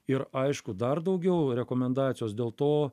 ir aišku dar daugiau rekomendacijos dėl to